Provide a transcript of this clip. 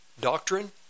doctrine